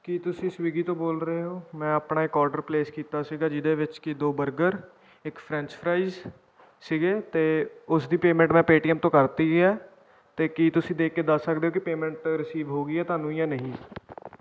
ਕੀ ਤੁਸੀਂ ਸਵੀਗੀ ਤੋਂ ਬੋਲ ਰਹੇ ਹੋ ਮੈਂ ਆਪਣਾ ਇੱਕ ਔਡਰ ਪਲੇਸ ਕੀਤਾ ਸੀਗਾ ਜਿਹਦੇ ਵਿੱਚ ਕਿ ਦੋ ਬਰਗਰ ਇੱਕ ਫਰੈਂਚ ਫਰਾਈਜ ਸੀਗੇ ਅਤੇ ਉਸ ਦੀ ਪੇਮੈਂਟ ਮੈਂ ਪੇਟੀਐੱਮ ਤੋਂ ਕਰ ਤੀ ਵੀ ਹੈ ਅਤੇ ਕੀ ਤੁਸੀਂ ਦੇਖ ਕੇ ਦੱਸ ਸਕਦੇ ਹੋ ਵੀ ਪੇਮੈਂਟ ਰਿਸੀਵ ਹੋ ਗਈ ਹੈ ਤੁਹਾਨੂੰ ਜਾਂ ਨਹੀਂ